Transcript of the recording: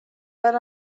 but